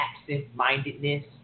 absent-mindedness